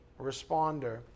responder